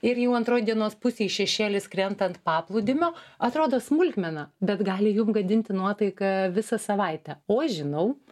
ir jau antroj dienos pusėj šešėlis krenta ant paplūdimio atrodo smulkmena bet gali jum gadinti nuotaiką visą savaitę o aš žinau